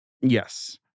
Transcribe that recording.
Yes